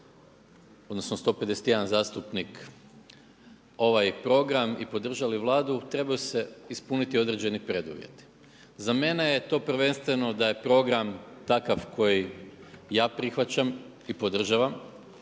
odnosno 151 zastupnik ovaj program i podržali Vladu trebaju se ispuniti određeni preduvjeti. Za mene je to prvenstveno da je program takav kojeg ja prihvaćam i podržavam.